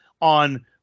on